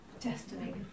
destiny